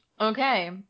Okay